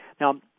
Now